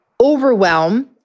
overwhelm